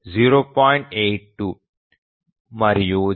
82 మరియు 0